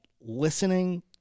listening